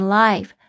life